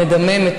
מדממת,